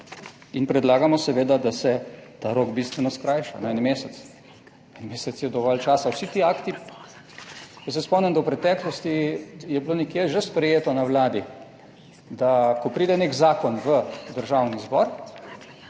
In predlagamo seveda, da se ta rok bistveno skrajša na en mesec. En mesec je dovolj časa, vsi ti akti, jaz se spomnim, da v preteklosti je bilo nekje že sprejeto na Vladi, da ko pride nek zakon v Državni zbor,